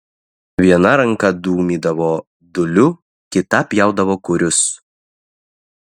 viena ranka dūmydavo dūliu kita pjaudavo korius